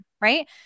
Right